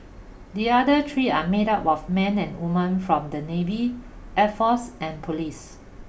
the other three are made up of men and woman from the navy air force and police